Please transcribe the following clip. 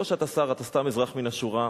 לא שאתה שר, אתה סתם אזרח מן השורה,